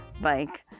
bike